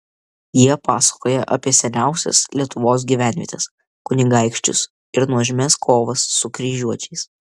jie pasakoja apie seniausias lietuvos gyvenvietes kunigaikščius ir nuožmias kovas su kryžiuočiais